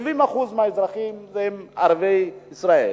70% מהאזרחים הם ערביי ישראל,